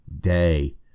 day